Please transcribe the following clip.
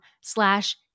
slash